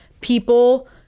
people